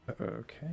okay